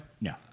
No